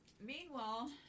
Meanwhile